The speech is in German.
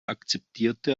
akzeptierte